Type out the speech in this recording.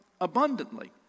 abundantly